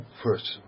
first